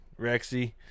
Rexy